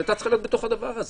שהייתה צריכה להיות בתוך הדבר הזה,